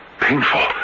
Painful